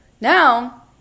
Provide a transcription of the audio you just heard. Now